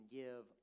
give